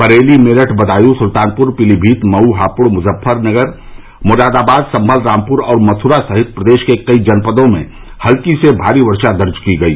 बरेली मेरठ बदायूं सुल्तानपुर पीलीमीत मऊ हापुड़ मुजफ्फरनगर मुरादाबाद संभल रामपुर और मथुरा सहित प्रदेश के कई जनपदों में हल्की से भारी वर्षा दर्ज की गई